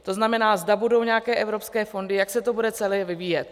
To znamená, zda budou nějaké evropské fondy, jak se to bude celé vyvíjet.